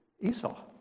Esau